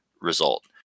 result